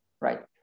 right